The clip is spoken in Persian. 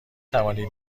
توانید